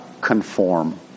conform